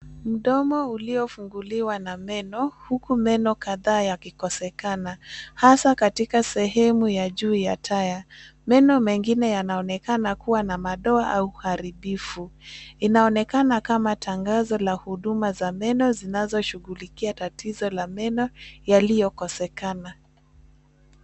Mdomo uliofunguliwa na meno huku meno kadhaa yakikosekana hasa katika sehemu ya juu ya taya. Meno mengine yanaonekana kuwa na madoa au uharibifu. Inaonekana kama tangazo la huduma za maneno zinazo shughulikia tatizo la meno yaliyo kosekana.